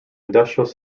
industrial